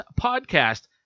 podcast